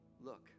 look